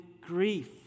grief